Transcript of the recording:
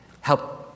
help